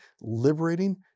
liberating